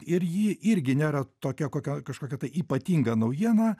ir ji irgi nėra tokia kokia kažkokia tai ypatinga naujiena